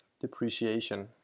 depreciation